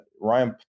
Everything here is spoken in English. Ryan